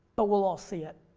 but we'll all see it.